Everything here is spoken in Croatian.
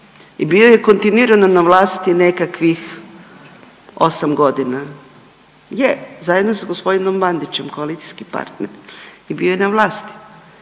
i bio je kontinuirano na vlasti nekakvih osam godina, je zajedno sa g. Bandićem koalicijski partner i bio je na vlasti.